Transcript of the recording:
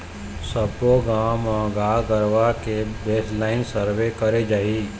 सब्बो गाँव म गाय गरुवा के बेसलाइन सर्वे करे जाही